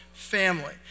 Family